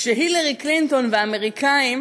כשהילרי קלינטון והאמריקאים